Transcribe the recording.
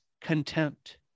contempt